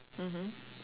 mmhmm